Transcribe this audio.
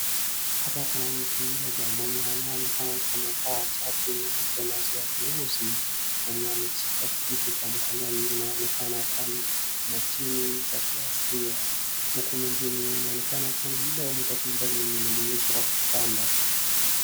Hapa kuna mtu mmoja mwenye amekaa, mwenye ameshika kitu mkononi inaonekana mashini za kiasilia, huku mwingine inaonekana ni mtoto mdogo amelalishwa kwenye kitanda.